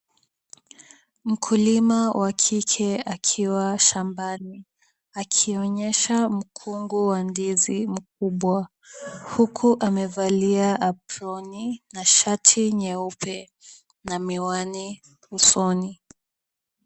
Mkulima wa kike akiwa shambani, akionyesha mkungu wa ndizi mkubwa huku amevalia aproni na shati nyeupe na miwani usoni.